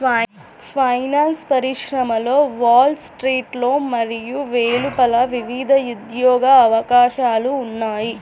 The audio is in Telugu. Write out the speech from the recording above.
ఫైనాన్స్ పరిశ్రమలో వాల్ స్ట్రీట్లో మరియు వెలుపల వివిధ ఉద్యోగ అవకాశాలు ఉన్నాయి